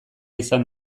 izan